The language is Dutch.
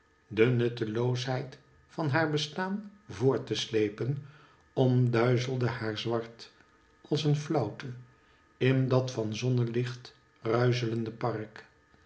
de nutteloosheid van haar bestaan voort te sleepen omduizelde haar zwart als een flauwte in dat van zonnelicht ruizelende park